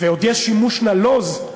ועוד יש שימוש נלוז,